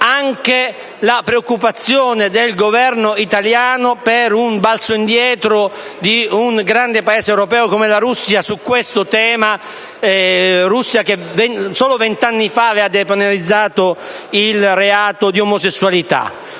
anche la preoccupazione del Governo italiano per un balzo indietro di un grande Paese europeo come la Russia su questo tema; la Russia che solo vent'anni fa aveva depenalizzato il reato di omosessualità.